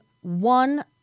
one